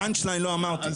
הפאנצ' ליין לא אמרתי.